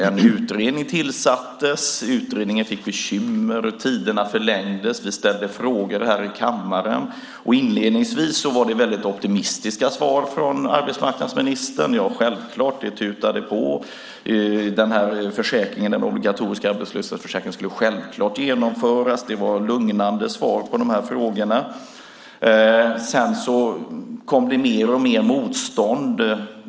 En utredning tillsattes, utredningen fick bekymmer, tiderna förlängdes, vi ställde frågor här i kammaren och inledningsvis var det väldigt optimistiska svar från arbetsmarknadsministern. Det tutade självklart på; den obligatoriska arbetslöshetsförsäkringen skulle självklart genomföras. Det var lugnande svar på frågorna. Sedan kom det mer och mer motstånd.